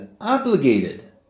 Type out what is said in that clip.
obligated